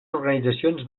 organitzacions